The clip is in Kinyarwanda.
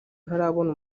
ntarabona